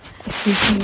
excuse me